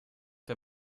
der